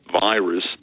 virus